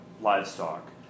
livestock